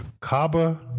Kaba